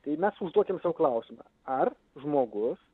tai mes užduokim sau klausimą ar žmogus